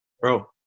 Bro